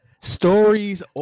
stories